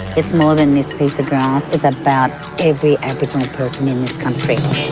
it's more than this piece of grass. it's about every aboriginal person in this country.